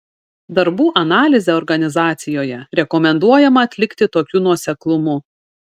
darbų analizę organizacijoje rekomenduojama atlikti tokiu nuoseklumu